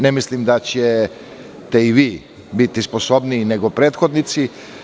Ne mislim da ćete vi biti sposobniji nego prethodnici.